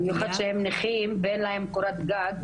במיוחד שהם נכים ואין להם קורת גג,